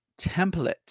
template